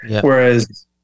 whereas